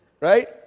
Right